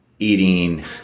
Eating